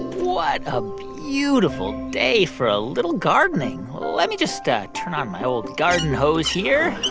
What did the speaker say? what a yeah beautiful day for a little gardening. let me just ah turn on my old garden hose here.